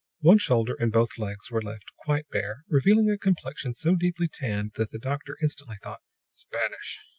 one shoulder and both legs were left quite bare, revealing a complexion so deeply tanned that the doctor instantly thought spanish!